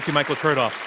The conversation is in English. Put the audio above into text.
michael chertoff.